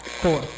four